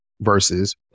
versus